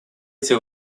этих